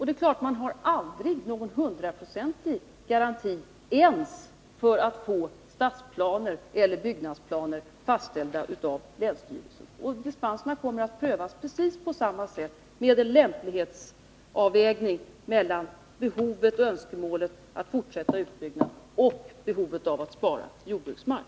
Det är klart att man aldrig har någon hundraprocentig garanti ens för att få stadsplaner eller byggnadsplaner fastställda av länsstyrelsen. Dispenserna kommer att prövas precis på samma sätt, med en lämplighetsavvägning mellan behovet av och önskemålet att fortsätta utbyggnad och behovet av att spara jordbruksmark.